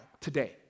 today